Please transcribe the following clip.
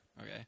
okay